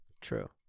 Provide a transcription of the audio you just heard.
True